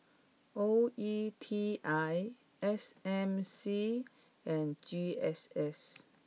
O E T I S M C and G S S